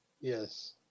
Yes